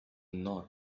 nod